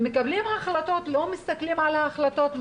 מקבלי ההחלטות לא מסתכלים על ההחלטות,